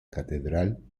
catedral